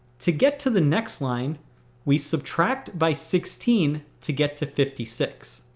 to get to the next line we subtract by sixteen to get to fifty six.